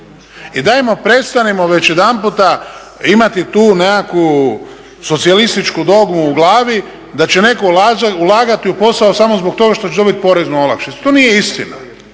I dajmo prestanimo već jedanputa imati tu nekakvu socijalističku dogmu u glavi da će neko ulagati u posao smo zbog toga što će dobiti poreznu olakšicu, to nije istina.